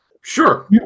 sure